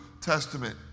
Testament